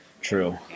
True